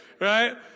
Right